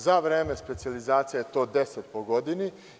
Za vreme specijalizacije je to 10 po godini.